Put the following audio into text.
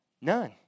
None